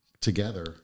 together